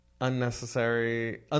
Unnecessary